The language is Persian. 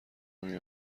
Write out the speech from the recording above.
نمی